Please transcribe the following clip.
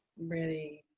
really